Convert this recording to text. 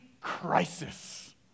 crisis